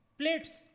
plates